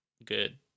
good